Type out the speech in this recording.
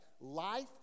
life